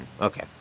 Okay